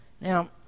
Now